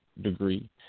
degree